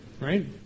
Right